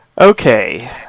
okay